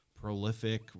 prolific